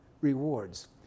rewards